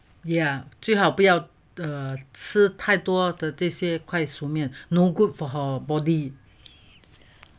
ya 最好不要了吃太多的这些快熟面 no good for the body